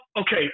okay